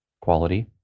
quality